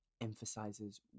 emphasizes